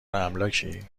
املاکی